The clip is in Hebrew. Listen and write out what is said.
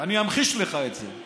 אני אמחיש לך את זה.